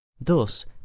Thus